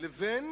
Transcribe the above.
לבין